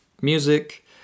Music